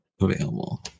available